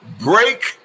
break